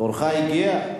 תורך הגיע,